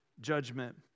judgment